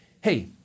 hey